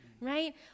right